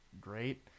great